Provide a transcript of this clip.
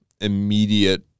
immediate